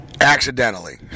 Accidentally